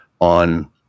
on